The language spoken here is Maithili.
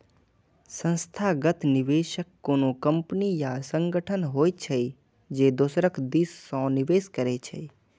संस्थागत निवेशक कोनो कंपनी या संगठन होइ छै, जे दोसरक दिस सं निवेश करै छै